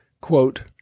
Quote